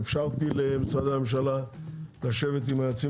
אפשרתי למשרדי הממשלה לשבת עם היועצים